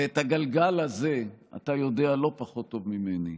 ואת הגלגל הזה, אתה יודע לא פחות טוב ממני,